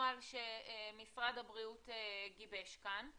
לנוהל שמשרד הבריאות גיבש כאן.